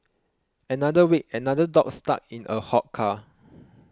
another week another dog stuck in a hot car